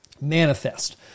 Manifest